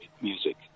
music